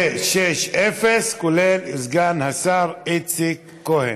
זה 0:6, כולל סגן השר איציק כהן.